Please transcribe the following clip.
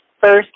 first